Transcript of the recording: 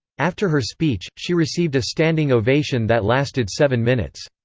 after her speech, she received a standing ovation that lasted seven minutes.